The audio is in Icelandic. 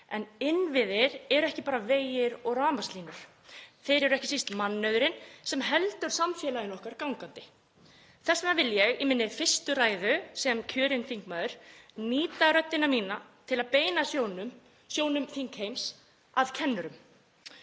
En innviðir eru ekki bara vegir og rafmagnslínur. Þeir eru ekki síst mannauðurinn sem heldur samfélaginu okkar gangandi. Þess vegna vil ég í minni fyrstu ræðu sem kjörinn þingmaður nýta röddina mína til að beina sjónum þingheims að kennurum